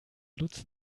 lutz